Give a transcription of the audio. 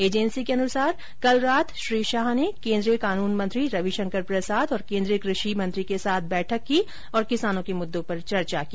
agency के अनुसार कल रात श्री शाह ने केंद्रीय कानून मंत्री रवि शंकर प्रसाद और केंद्रीय कृषि मंत्री के साथ बैठक की और किसानों के मुद्दो पर चर्चा की